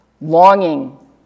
longing